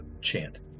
chant